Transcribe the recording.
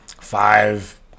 five